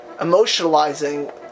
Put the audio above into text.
emotionalizing